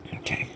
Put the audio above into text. okay